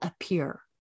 appear